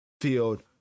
field